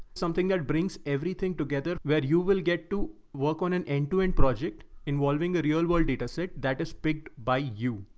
something that brings everything together, where you will get to work on an end to end project involving a real world data set that is picked by you.